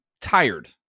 tired